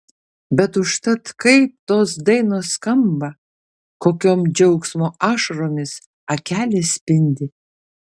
bet užtat kaip tos dainos skamba kokiom džiaugsmo ašaromis akelės spindi